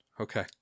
Okay